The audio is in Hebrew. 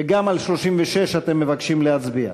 וגם על 36 אתם מבקשים להצביע.